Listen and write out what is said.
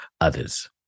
others